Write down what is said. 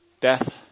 death